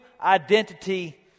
identity